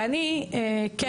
ואני כן